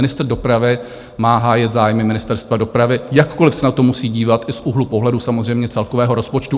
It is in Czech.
Ministr dopravy má hájit zájmy Ministerstva dopravy, jakkoliv se na to musí dívat i z úhlu pohledu samozřejmě celkového rozpočtu.